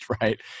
right